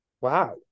Wow